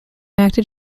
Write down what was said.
acted